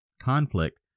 conflict